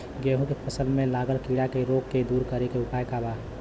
गेहूँ के फसल में लागल कीड़ा के रोग के दूर करे के उपाय का बा?